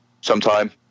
sometime